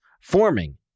forming